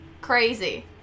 crazy